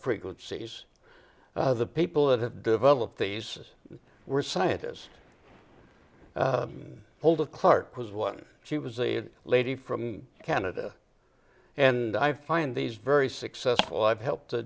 frequencies the people that have developed these were scientists hold of clark was one she was a lady from canada and i find these very successful i've helped a